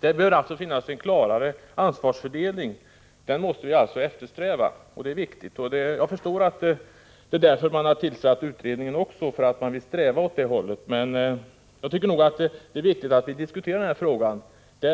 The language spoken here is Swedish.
Det bör finnas en klarare ansvarsfördelning. Detta måste vi eftersträva, och jag förstår att det är därför man har utsett en utredare. Jag tycker det är viktigt att vi diskuterar denna fråga. Det